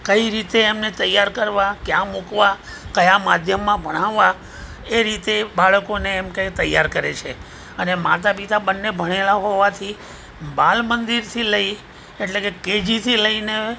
કઈ રીતે એમને તૈયાર કરવાં ક્યાં મૂકવા કયા માધ્યમમાં ભણાવવા એ રીતે એ બાળકોને એમકે તૈયાર કરે છે અને માતા પિતા બન્ને ભણેલાં હોવાથી બાળમંદિરથી લઈ એટલે કે કેજીથી લઈને